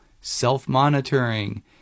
self-monitoring